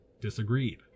disagreed